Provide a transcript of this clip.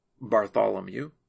Bartholomew